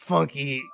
Funky